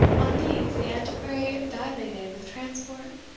on these the antiquary dilated with transport,